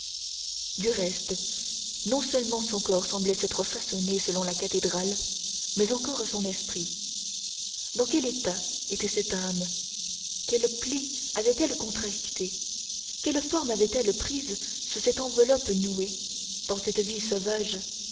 du reste non seulement son corps semblait s'être façonné selon la cathédrale mais encore son esprit dans quel état était cette âme quel pli avait-elle contracté quelle forme avait-elle prise sous cette enveloppe nouée dans cette vie sauvage